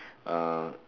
uh